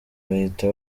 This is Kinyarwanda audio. bahita